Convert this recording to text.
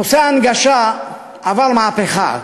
נושא ההנגשה עבר מהפכה.